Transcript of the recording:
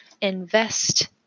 Invest